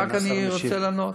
רק אני רוצה לענות.